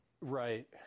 Right